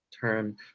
term